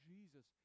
Jesus